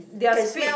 their speed